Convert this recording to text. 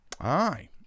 Aye